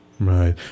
Right